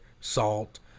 salt